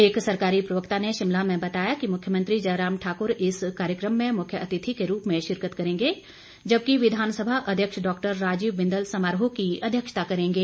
एक सरकारी प्रवक्ता ने शिमला में बताया कि मुख्यमंत्री जयराम ठाकुर इस कार्यक्रम में मुख्यातिथि के रूप में शिरकत करेंगे जबकि विधानसभा अध्यक्ष डॉक्टर राजीव बिंदल समारोह की अध्यक्षता करेंगे